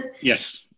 yes